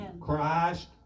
Christ